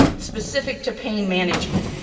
specific to pain management.